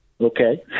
Okay